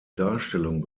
darstellung